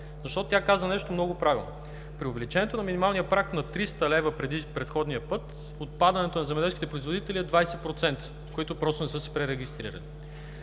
защото тя каза нещо много правилно. При увеличението на минималния праг на 300 лв. при предходния път, отпадането на земеделските производители, които просто не са се пререгистрирали,